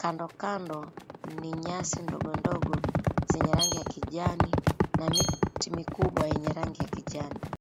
Kandokando ni nyasi ndogondogo zenye rangi ya kijani, na miti mikubwa yenye rangi ya kijani.